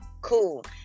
cool